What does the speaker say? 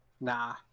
Nah